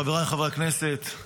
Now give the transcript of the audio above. חבריי חברי הכנסת,